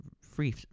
free